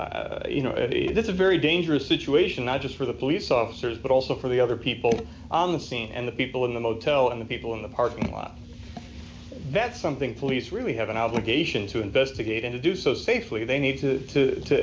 firearm you know that's a very dangerous situation not just for the police officers but also for the other people on the scene and the people in the motel and the people in the parking lot that's something police really have an obligation to investigate and to do so safely they need to